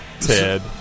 Ted